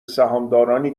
سهامدارنی